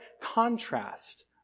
contrast